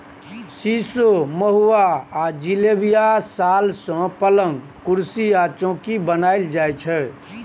सीशो, महुआ आ जिलेबियाक साल सँ पलंग, कुरसी आ चौकी बनाएल जाइ छै